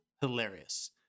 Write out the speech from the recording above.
hilarious